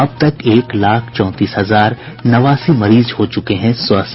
अब तक एक लाख चौंतीस हजार नवासी मरीज हो चुके हैं स्वस्थ